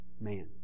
man